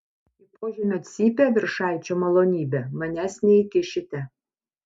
į požemio cypę viršaičio malonybe manęs neįkišite